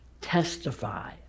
testify